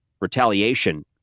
retaliation